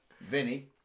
Vinny